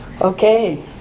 Okay